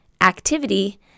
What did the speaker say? activity